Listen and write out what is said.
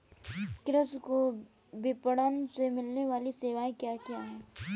कृषि को विपणन से मिलने वाली सेवाएँ क्या क्या है